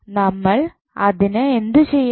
നമ്മൾ അതിന് എന്തു ചെയ്യണം